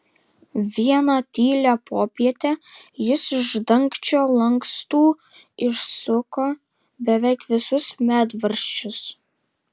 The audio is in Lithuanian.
vieną tylią popietę jis iš dangčio lankstų išsuko beveik visus medvaržčius